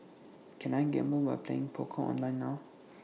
can I gamble by playing poker online now